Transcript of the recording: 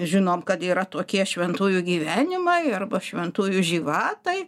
žinom kad yra tokie šventųjų gyvenimai arba šventųjų živatai